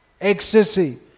ecstasy